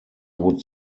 would